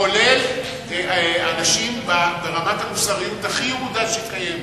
כולל אנשים ברמת המוסריות הכי ירודה שקיימת.